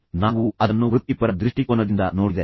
ಅಂದರೆ ನಾವು ಅದನ್ನು ವೃತ್ತಿಪರ ದೃಷ್ಟಿಕೋನದಿಂದ ನೋಡಿದರೆ